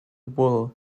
bull